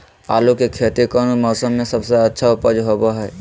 आलू की खेती कौन मौसम में सबसे अच्छा उपज होबो हय?